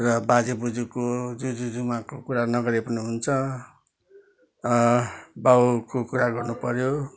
र बाजे बोजूको जुजू जुमाको कुरा नगरे पनि हुन्छ बाउको कुरा गर्नुपऱ्यो